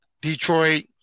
Detroit